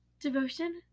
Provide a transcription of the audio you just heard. devotion